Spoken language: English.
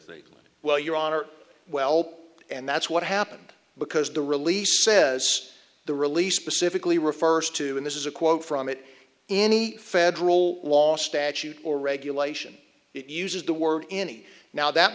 live well your honor well and that's what happened because the release says the release specifically refers to in this is a quote from it any federal law statute or regulation it uses the word any now that